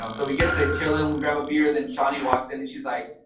um so we get to chill and we'll grab a beer and then ciani walks in and she's like,